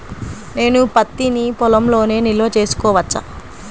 నేను పత్తి నీ పొలంలోనే నిల్వ చేసుకోవచ్చా?